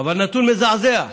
נתון מזעזע.